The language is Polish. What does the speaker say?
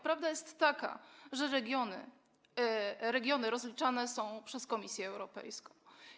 Prawda jest taka, że regiony rozliczane są przez Komisję Europejska.